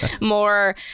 more